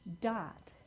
dot